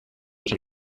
izan